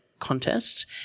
Contest